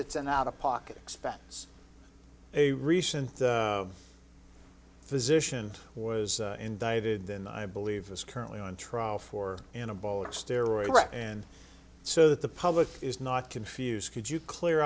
it's an out of pocket expense a recent physician was indicted then i believe that's currently on trial for in a bowl of steroids and so that the public is not confuse could you clear